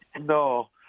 No